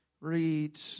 read